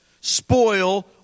spoil